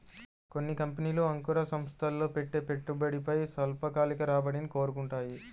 కొన్ని కంపెనీలు అంకుర సంస్థల్లో పెట్టే పెట్టుబడిపై స్వల్పకాలిక రాబడిని కోరుకుంటాయి